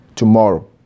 Tomorrow